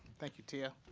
thank you, tia.